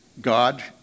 God